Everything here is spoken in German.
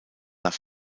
nach